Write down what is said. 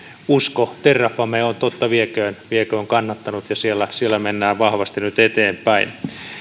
usko terrafameen on totta vieköön vieköön kannattanut ja siellä siellä mennään vahvasti nyt eteenpäin